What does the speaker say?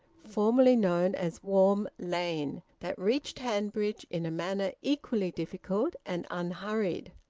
formerly known as warm lane, that reached hanbridge in a manner equally difficult and unhurried.